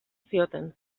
zioten